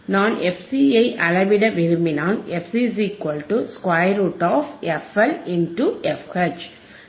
நான் fC ஐ அளவிட விரும்பினால் fC √ fL fH